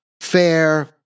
fair